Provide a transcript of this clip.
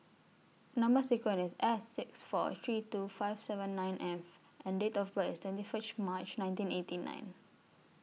Number sequence IS S six four three two five seven nine F and Date of birth IS twenty frist March nineteen eighty nine